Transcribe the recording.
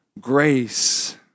grace